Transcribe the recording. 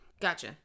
Gotcha